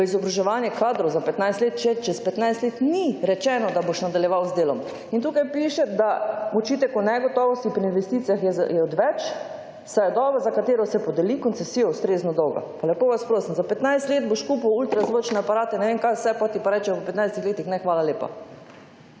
v izobraževanje kadrov za 15 let, če čez 15 let ni rečeno, da boš nadaljeval z delom, in tukaj piše, da očitek o negotovosti pri investicijah je odveč, saj je doba, za katero se podeli koncesija, ustrezno dolga. Pa lepo vas prosim. Za 15 let boš kupil ultrazvočne aparate, ne vem kaj vse, potem ti pa rečejo po 15 letih ne, hvala lepa.